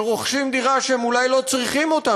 שרוכשים דירה שהם אולי לא צריכים אותה,